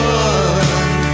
one